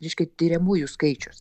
reiškia tiriamųjų skaičius